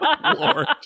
Lord